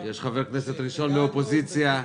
שיש חבר כנסת ראשון מהאופוזיציה.